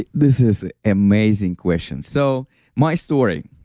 ah this is amazing question. so my story,